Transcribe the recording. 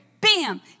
Bam